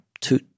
two